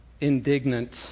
indignant